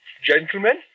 Gentlemen